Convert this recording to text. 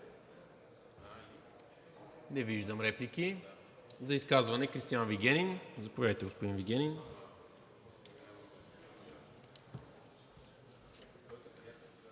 Не виждам. За изказване – Кристиан Вигенин. Заповядайте, господин Вигенин.